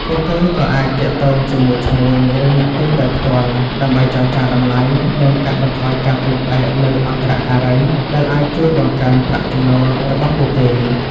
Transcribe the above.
ពួកគេក៏អាចទាក់ទងជាមួយឈ្មួញ ឬអ្នកទិញដោយផ្ទាល់ ដើម្បីចរចាតម្លៃ និងកាត់បន្ថយការពឹងផ្អែកលើអន្តរការី ដែលអាចជួយបង្កើនប្រាក់ចំណូលរបស់ពួកគេ។